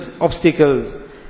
obstacles